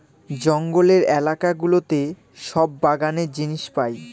জঙ্গলের এলাকা গুলোতে সব বাগানের জিনিস পাই